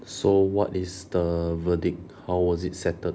so what is the verdict how was it settled